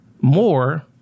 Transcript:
more